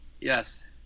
Yes